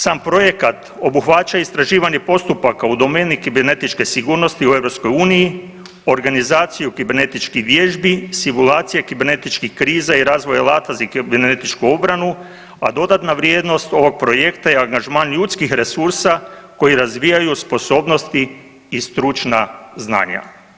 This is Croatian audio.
Sam projekat obuhvaća istraživanje postupaka u domeni kibernetičke sigurnosti u EU, organizaciju kibernetičkih vježbi, simulacije kibernetičkih kriza i razvoja alata za kibernetičku obranu, a dodatna vrijednost ovog projekta je angažman ljudskih resursa koji razvijaju sposobnosti i stručna znanja.